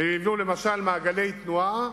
ונבנו למשל מעגלי תנועה,